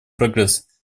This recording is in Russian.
прогресс